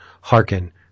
hearken